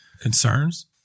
concerns